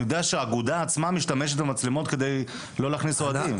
אני יודע שהאגודה עצמה משתמשת במצלמות כדי לא להכניס אוהדים.